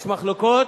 יש מחלוקות?